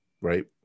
right